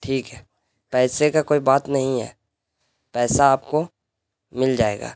ٹھیک ہے پیسے کا کوئی بات نہیں ہے پیسہ آپ کو مل جائے گا